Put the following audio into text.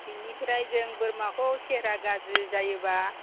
बिनिफ्रा जों बोरमाखौ सेहेरा गाज्रि जायोब्ला